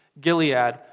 Gilead